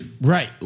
Right